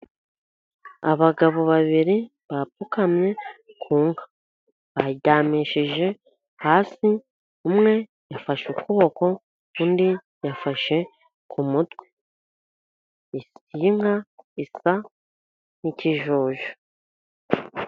Abagabo babiri bapfukamye ku nka bayiryamishije hasi, umwe yafashe ukuboko undi yafashe ku mutwe, iyi nka isa nk'ikijuju.